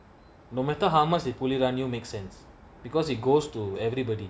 no matter how much they fully renew make sense because it goes to everybody